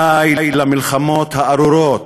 די למלחמות הארורות.